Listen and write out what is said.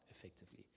effectively